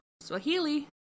Swahili